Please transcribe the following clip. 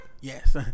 Yes